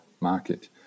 market